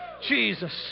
Jesus